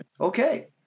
Okay